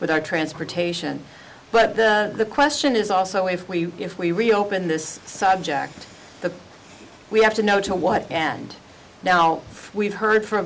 with our transportation but the question is also if we if we reopen this subject that we have to know to what and now we've heard from